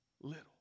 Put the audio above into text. little